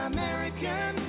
American